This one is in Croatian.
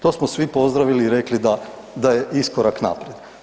To smo vi pozdravili i rekli da je iskorak naprijed.